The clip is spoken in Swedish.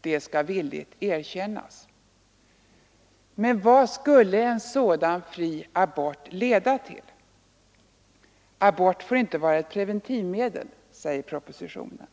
det skall villigt erkännas. Men vad skulle en sådan fri abort leda till? Abort får inte vara ett preventivmedel, säger propositionen.